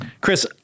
Chris